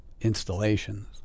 installations